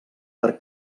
per